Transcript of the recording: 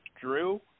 Drew